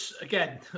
again